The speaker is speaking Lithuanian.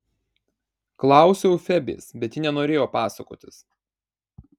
klausiau febės bet ji nenorėjo pasakotis